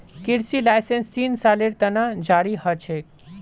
कृषि लाइसेंस तीन सालेर त न जारी ह छेक